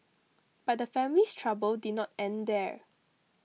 but the family's trouble did not end there